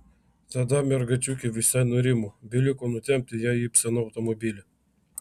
tada mergaičiukė visai nurimo beliko nutempti ją į ibseno automobilį